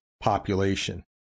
population